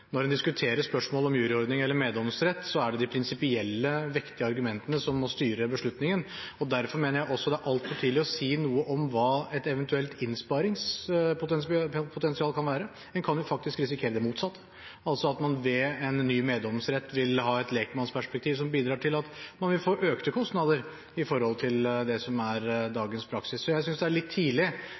Når en diskuterer spørsmålet om juryordning eller meddomsrett, er det de prinsipielle, vektige argumentene som må styre beslutningen, og derfor mener jeg også det er altfor tidlig å si noe om hva et eventuelt innsparingspotensial kan være. En kan jo faktisk risikere det motsatte, altså at man ved en ny meddomsrett vil ha et lekmannsperspektiv som bidrar til at man vil få økte kostnader i forhold til det som er dagens praksis. Så jeg synes det er litt tidlig